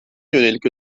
yönelik